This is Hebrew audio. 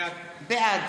בעד